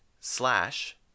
slash